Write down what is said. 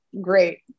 great